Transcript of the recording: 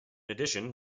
addition